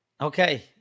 Okay